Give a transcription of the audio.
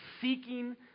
seeking